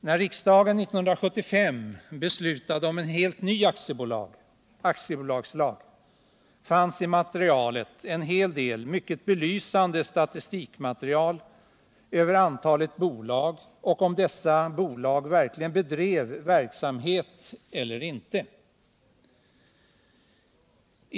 När riksdagen 1975 beslutade om en helt ny aktiebolagslag, fanns i materialet en hel del mycket belysande statistik över antalet bolag och huruvida dessa bolag faktiskt bedrev verksamhet eller inte.